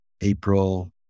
April